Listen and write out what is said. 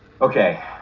okay